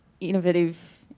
innovative